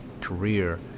career